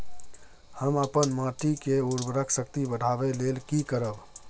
हम अपन माटी के उर्वरक शक्ति बढाबै लेल की करब?